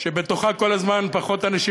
אצלנו יש כלכלה שבתוכה כל הזמן פחות אנשים